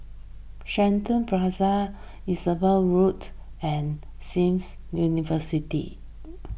Shenton Plaza Enterprise Road and Seems University